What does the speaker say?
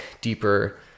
deeper